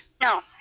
No